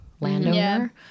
landowner